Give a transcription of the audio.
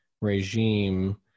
regime